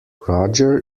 roger